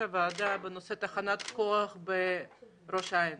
הוועדה בנושא תחנת כוח בראש העין.